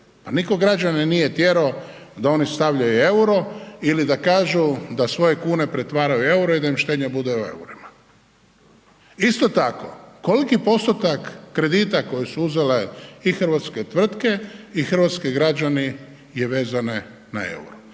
nitko građane nije tjerao da oni stavljaju EUR-o ili da kažu da svoj kune pretvaraju u EUR-o i da im štednja bude u EUR-ima. Isto tako koliki postotak kredita koje su uzele i hrvatske tvrtke i hrvatski građani je vezano na EUR-o.